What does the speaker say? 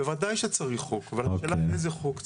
בוודאי צריך חוק, השאלה איזה חוק צריך.